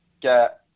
get